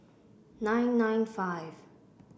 nine nine five